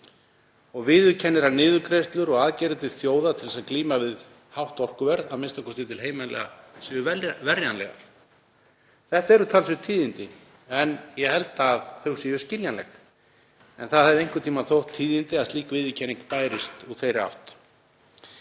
og viðurkennir að niðurgreiðslur og aðgerðir þjóða til að glíma við hátt orkuverð, a.m.k. til heimila, séu verjanlegar. Þetta eru talsverð tíðindi en ég held að þau séu skiljanleg. En það hefði einhvern tíma þótt tíðindi að slík viðurkenning bærist úr þeirri átt.